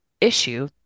issue